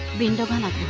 the nevada